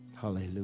hallelujah